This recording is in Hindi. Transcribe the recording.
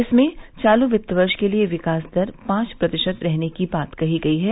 इसमें चालू वित्त वर्ष के लिए विकास दर पांच प्रतिशत रहने की बात कही गई है